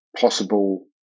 possible